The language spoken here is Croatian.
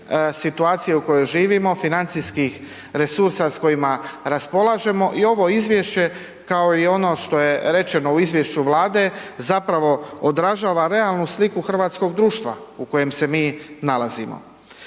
situacije u kojoj živimo, financijskih resursa s kojima raspolažemo i ovo izvješće, kao i ono što je rečeno u izvješću Vlade zapravo odražava realnu sliku hrvatskog društva u kojem se mi nalazimo.